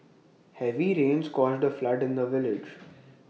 heavy rains caused A flood in the village